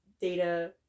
data